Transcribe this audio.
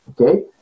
Okay